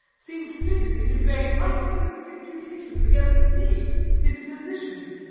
seemed fitted to convey unpleasant imputations against me, his physician.